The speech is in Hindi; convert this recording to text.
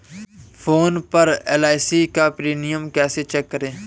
फोन पर एल.आई.सी का प्रीमियम कैसे चेक करें?